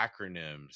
acronyms